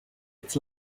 its